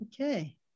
Okay